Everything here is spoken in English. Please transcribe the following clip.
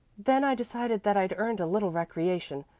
then i decided that i'd earned a little recreation,